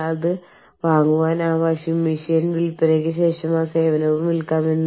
ആ കാലയളവിന്റെ എത്രത്തോളം ആ വ്യക്തി ഓഫീസിന് പുറത്ത് ചെലവഴിച്ചത് ഔദ്യോഗിക ജോലികൾക്കായിട്ടായിരുന്നു